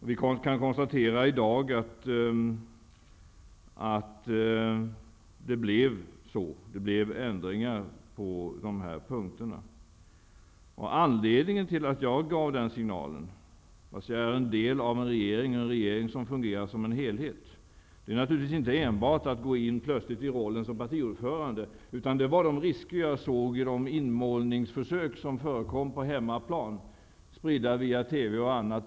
I dag kan vi konstatera att det blev ändringar på dessa punkter. Anledningen till att jag gav den signalen trots att jag är en del av en regering som fungerar som en helhet, är naturligtvis inte enbart för att plötsligt gå ini rollen som partiordförande, utan de risker som jag såg i de inmålningsförsök som förekom på hemmaplan spridda via TV och annat.